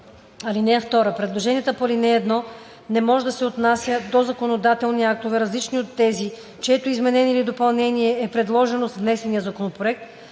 дни. (2) Предложенията по ал. 1 не може да се отнасят до законодателни актове, различни от тези, чието изменение или допълнение е предложено с внесения законопроект,